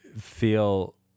feel